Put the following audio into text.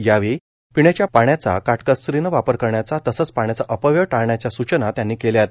यावेळी पिण्याच्या पाण्याचा काटकसरीनं वापर करण्याच्या तसंच पाण्याचा अपव्यय टाळण्याच्या सूचना त्यांनी केल्यात